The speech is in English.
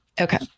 Okay